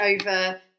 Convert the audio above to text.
over